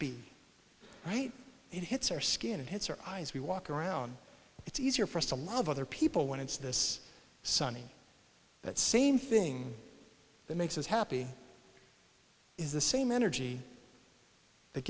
been right it hits our skin it hits her eyes we walk around it's easier for us to love other people when it's this sunny that same thing that makes us happy is the same energy that